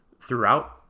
throughout